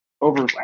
over